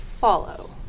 follow